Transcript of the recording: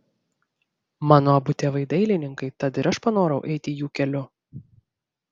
mano abu tėvai dailininkai tad ir aš panorau eiti jų keliu